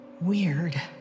Weird